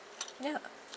ya